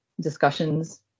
discussions